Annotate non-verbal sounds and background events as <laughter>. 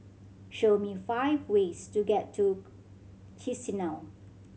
show me five ways to get to <unintelligible> Chisinau